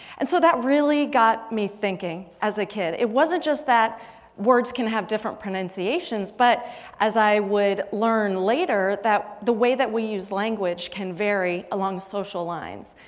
and so that really got me thinking as a kid. it wasn't just that words can have different pronunciations but as i would learn later that the way that we use language can vary along social lines.